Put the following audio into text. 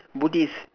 buddhist